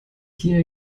hier